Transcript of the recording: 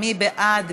מי בעד?